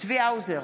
צבי האוזר,